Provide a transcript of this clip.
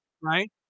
right